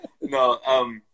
No